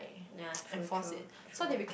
ya true true true